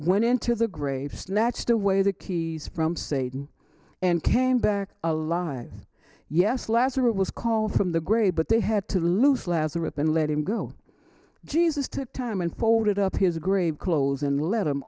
went into the grave snatched away the keys from satan and came back alive yes last year it was call from the grave but they had to loose last a rip and let him go jesus took time and folded up his grave clothes and let